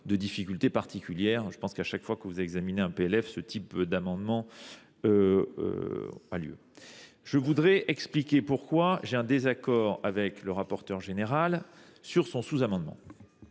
de difficultés particulières. Je pense qu'à chaque fois que vous examinez un PLF, ce type d'amendement a lieu. Je voudrais expliquer pourquoi j'ai un désaccord avec le rapporteur général sur son sous-amendement.